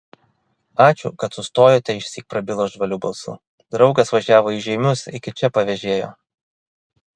ačiū kad sustojote išsyk prabilo žvaliu balsu draugas važiavo į žeimius iki čia pavėžėjo